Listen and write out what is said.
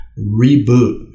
reboot